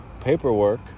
paperwork